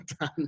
done